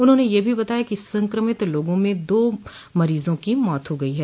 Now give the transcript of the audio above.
उन्होंने यह भी बताया कि संक्रमित लोगों में दो मरीजों की मौत हो गयी है